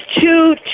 two